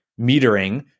metering